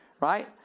right